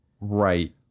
Right